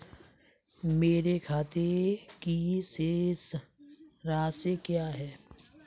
मेरे खाते की शेष राशि क्या है?